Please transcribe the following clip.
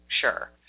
sure